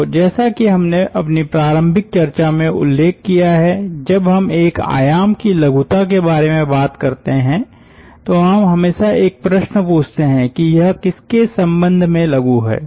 तो जैसा कि हमने अपनी प्रारंभिक चर्चा में उल्लेख किया है जब हम एक आयाम की लघुता के बारे में बात करते हैं तो हम हमेशा एक प्रश्न पूछते हैं कि यह किसके संबंध में लघु है